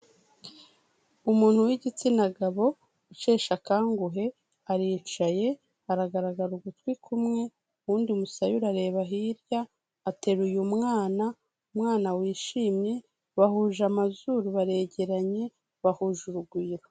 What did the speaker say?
Umuntu w'igitsina gabo usheshe akanguhe, aricaye aragaragara ugutwi kumwe, uwundi umusaya urareba hirya, ateruye umwana, umwana wishimye bahuje amazuru baregeranye bahuje urugwiro.